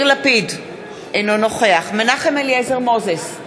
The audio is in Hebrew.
אינו נוכח מנחם אליעזר מוזס,